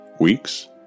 weeks